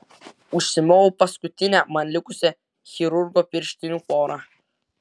užsimoviau paskutinę man likusią chirurgo pirštinių porą